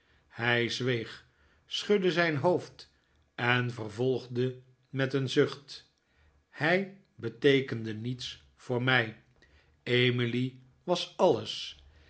hij zweeg schudde zijn hoofd en vervolgde met een zucht h ij beteekende niets voor mij emily was alles